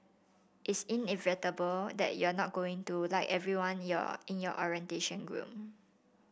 it's inevitable that you're not going to like everyone your in your orientation group